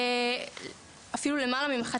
אפילו יותר מזה,